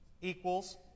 equals